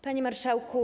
Panie Marszałku!